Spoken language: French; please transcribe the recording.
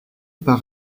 par